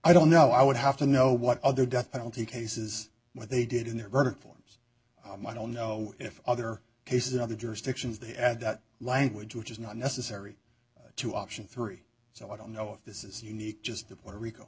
i don't know i would have to know what other death penalty cases where they did in their verdict forms i don't know if other cases in other jurisdictions they had that language which is not necessary to option three so i don't know if this is unique just